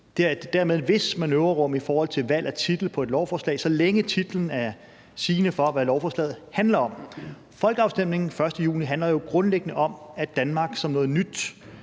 Dermed er der et vist manøvrerum for valg af titel på et lovforslag, så længe titlen er sigende for, hvad lovforslaget handler om. Folkeafstemningen den 1. juni handler jo grundliggende om, at Danmark som noget nyt